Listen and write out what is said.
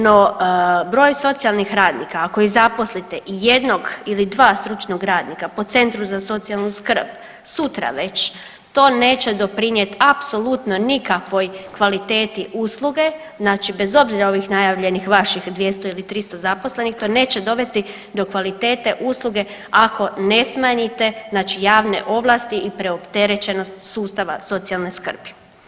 No, broj socijalnih radnika ako ih zaposlite i jednog ili dva stručnog radnika po centru za socijalnu skrb sutra već to neće doprinjet apsolutno nikakvoj kvaliteti usluge, znači bez obzira ovih najavljenih vaših 200 ili 300 zaposlenih, to neće dovesti do kvalitete usluge ako ne smanjite znači javne ovlasti i preopterećenost sustava socijalne skrbi.